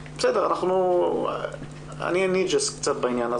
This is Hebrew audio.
בסדר, אני אהיה קצת נודניק בעניין הזה.